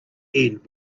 end